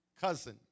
cousin